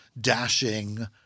dashing